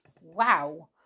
wow